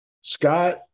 Scott